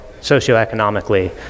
socioeconomically